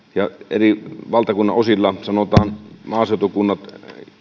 eri valtakunnan osilla sanotaan maaseutukunnat